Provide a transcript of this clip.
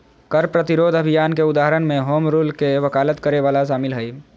कर प्रतिरोध अभियान के उदाहरण में होम रूल के वकालत करे वला शामिल हइ